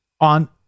on